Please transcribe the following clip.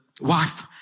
wife